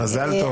מזל טוב.